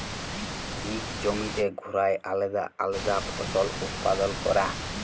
ইক জমিতে ঘুরায় আলেদা আলেদা ফসল উৎপাদল ক্যরা